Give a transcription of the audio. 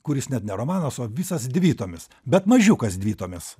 kuris net ne romanas o visas dvitomis bet mažiukas dvitomis